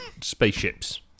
spaceships